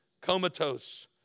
comatose